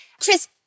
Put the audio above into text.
Chris